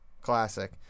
Classic